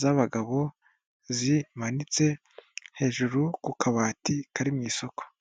z'abagabo zimanitse, hejuru ku kabati kari mu isoko.